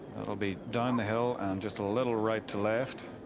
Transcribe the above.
it'll be done. hello. just a little right to left.